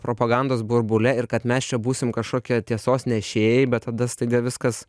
propagandos burbule ir kad mes čia būsim kažkokie tiesos nešėjai bet tada staiga viskas